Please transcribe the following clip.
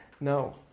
No